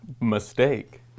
Mistake